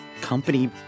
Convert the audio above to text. company